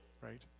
right